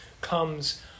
comes